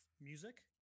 music